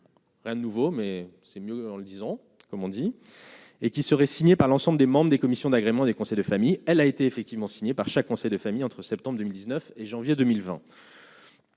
rien nouveau mais c'est mieux en le disant, comme on dit, et qui serait signé par l'ensemble des membres des commissions d'agrément des conseils de famille, elle a été effectivement signé par chaque conseil de famille entre septembre 2000 19 et janvier 2020.